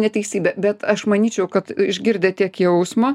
neteisybė bet aš manyčiau kad išgirdę tiek jausmo